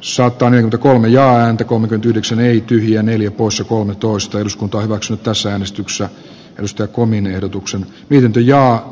sopanen kolme ja häntä kommentit yhdeksän eli tyhjän eli uskonut tuosta eduskunta hyväksyy tässä äänestyksessä nostokoneen ehdotuksen pyynti ja